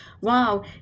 wow